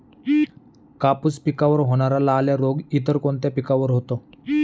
कापूस पिकावर होणारा लाल्या रोग इतर कोणत्या पिकावर होतो?